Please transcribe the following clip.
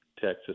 Texas